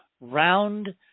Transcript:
round